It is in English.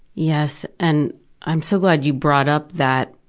yes. and i'm so glad you brought up that